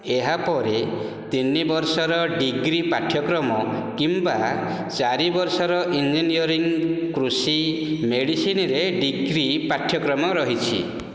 ଏହା ପରେ ତିନି ବର୍ଷର ଡିଗ୍ରୀ ପାଠ୍ୟକ୍ରମ କିମ୍ବା ଚାରି ବର୍ଷର ଇଞ୍ଜିନିୟରିଂ କୃଷି ମେଡିସିନରେ ଡିଗ୍ରୀ ପାଠ୍ୟକ୍ରମ ରହିଛି